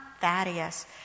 Thaddeus